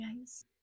guys